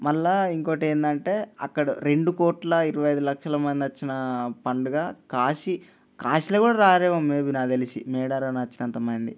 మరల ఇంకోటి ఏంటంటే అక్కడ రెండు కోట్ల ఇరవైదు లక్షల మంది వచ్చిన పండుగ కాశి కాశీలో కూడా రారు ఏమో మేబీ నాకు తెలిసి మేడారంలో వచ్చినంత మంది